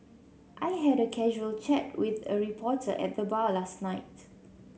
I had a casual chat with a reporter at the bar last night